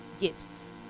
gifts